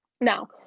Now